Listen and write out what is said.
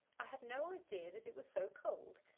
i had no idea that it was so cold.